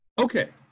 Okay